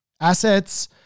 assets